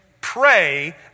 Pray